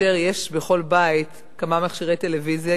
כאשר יש בכל בית כמה מכשירי טלוויזיה,